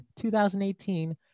2018